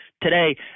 Today